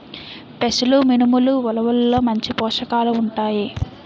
పెసలు మినుములు ఉలవల్లో మంచి పోషకాలు ఉంటాయి